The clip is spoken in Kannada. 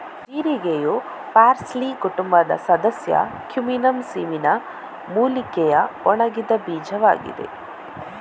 ಜೀರಿಗೆಯು ಪಾರ್ಸ್ಲಿ ಕುಟುಂಬದ ಸದಸ್ಯ ಕ್ಯುಮಿನಮ್ ಸಿಮಿನ ಮೂಲಿಕೆಯ ಒಣಗಿದ ಬೀಜವಾಗಿದೆ